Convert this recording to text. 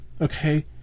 okay